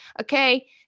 Okay